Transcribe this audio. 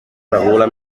regula